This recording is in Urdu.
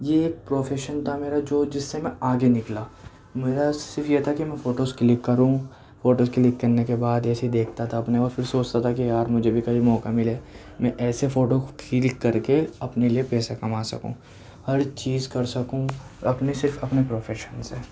یہ پروفیشن تھا میرا جو جس سے میں آگے نکلا میرا صرف یہ تھا کہ میں فوٹوز کلک کروں فوٹوز کلک کرنے کے بعد اسے دیکھتا تھا اپنے اور پھر سوچتا تھا کہ یار مجھے بھی کہیں موقع ملے میں ایسے فوٹو کھلک کر کے اپنے لئے پیسہ کما سکوں ہر چیز کر سکوں اپنے صرف اپنے پروفیشن سے